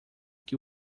que